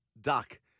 duck